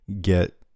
get